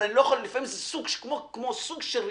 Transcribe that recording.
אבל אני לא יכול לפעמים זה כמו סוג של רשעות.